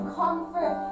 comfort